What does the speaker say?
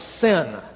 sin